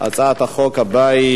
הצעת החוק עברה.